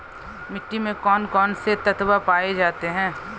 मिट्टी में कौन कौन से तत्व पाए जाते हैं?